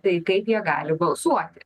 tai kaip jie gali balsuoti